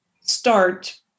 start